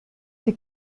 die